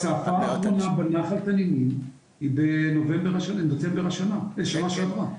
ההצפה האחרונה בנחל תנינים היא בדצמבר של השנה שעברה,